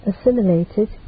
assimilated